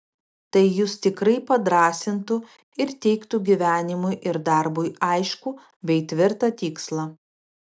tai jus tikrai padrąsintų ir teiktų gyvenimui ir darbui aiškų bei tvirtą tikslą